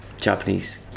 Japanese